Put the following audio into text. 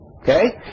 Okay